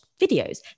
videos